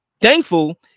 thankful